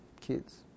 kids